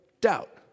doubt